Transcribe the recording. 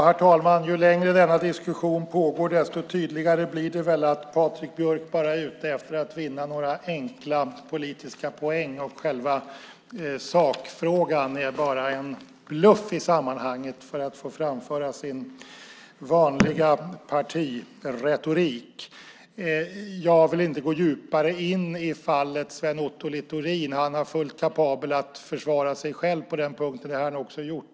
Herr talman! Ju längre denna diskussion pågår desto tydligare blir det att Patrik Björck bara är ute efter att vinna några enkla politiska poäng. Själva sakfrågan är bara en bluff i sammanhanget för att han ska få framföra sin vanliga partiretorik. Jag vill inte gå djupare in i fallet Sven Otto Littorin. Han är fullt kapabel att försvara sig själv på den punkten, och det har han också gjort.